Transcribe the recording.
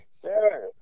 Sure